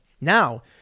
now